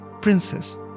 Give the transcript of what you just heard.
Princess